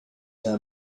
her